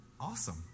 Awesome